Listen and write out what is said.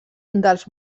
dels